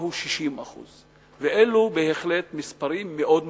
הוא 60%. ואלו בהחלט מספרים מאוד מדאיגים.